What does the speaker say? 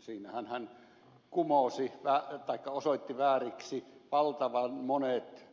siinähän hän kumosi taikka osoitti vääriksi valtavan monet